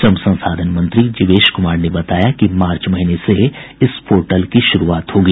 श्रम संसाधन मंत्री जीवेश कुमार ने बताया कि मार्च महीने से इस पोर्टल की शुरूआत होगी